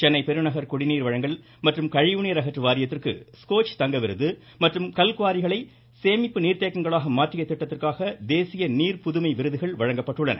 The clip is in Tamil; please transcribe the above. சென்னை பெருநகர் குடிநீர் வழங்கல் மற்றும் கழிவுநீர் அகற்று வாரியத்திற்கு ஸ்கோச் தங்க விருது மற்றும் கல்குவாரிகளை சேமிப்பு நீர் தேக்கங்களாக மாற்றிய திட்டத்திற்காக தேசிய நீர் புதுமை விருதுகள் வழங்கப்பட்டுள்ளன